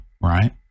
right